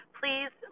please